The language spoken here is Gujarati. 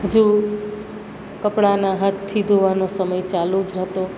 જો કપડાંના હાથથી ધોવાનો સમય ચાલુ જ હતો